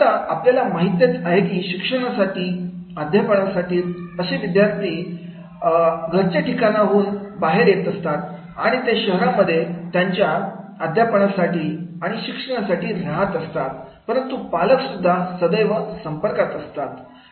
आता आपल्याला माहितीच आहे की शिक्षणासाठी अध्यापनासाठी असे विद्यार्थी दोन ठिकाणाहून येत असतात आणि ते शहरांमध्ये त्यांच्या अध्यापनासाठी आणि शिक्षणासाठी राहत असतात परंतु पालक सुद्धा सदैव संपर्कात असतात